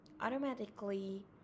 automatically